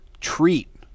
treat